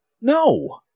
no